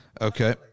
Okay